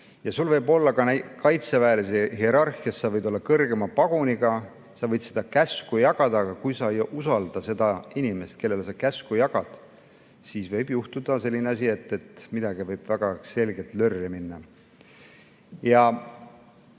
Ja sa võid olla kaitseväelaste hierarhias kõvemate pagunitega, sa võid käske jagada, aga kui sa ei usalda seda inimest, kellele sa käske jagad, siis võib juhtuda selline asi, et midagi võib väga selgelt lörri minna. Mul